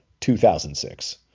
2006